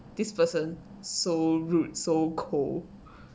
this person so rude so cold